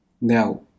now